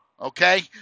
Okay